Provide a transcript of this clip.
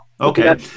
Okay